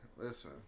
Listen